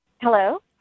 Hello